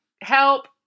help